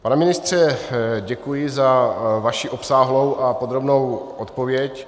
Pane ministře, děkuji za vaši obsáhlou a podrobnou odpověď.